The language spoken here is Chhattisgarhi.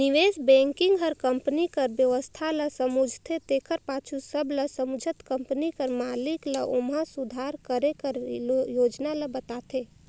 निवेस बेंकिग हर कंपनी कर बेवस्था ल समुझथे तेकर पाछू सब ल समुझत कंपनी कर मालिक ल ओम्हां सुधार करे कर योजना ल बताथे